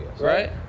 Right